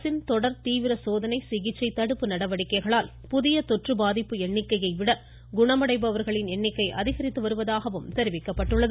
அரசின் தொடர் தீவிர சோதனை சிகிச்சை தடுப்பு நடவடிக்கைகளால் புதிய தொற்று பாதிப்பு எண்ணிக்கையை விட குணமடைபவர்களின் எண்ணிக்கை அதிகரித்து வருவவதாக தெரிவிக்கப்பட்டுள்ளது